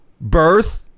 birth